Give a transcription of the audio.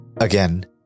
Again